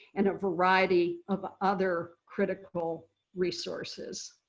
and a variety of other critical resources.